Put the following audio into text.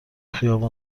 خیابون